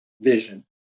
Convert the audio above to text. Vision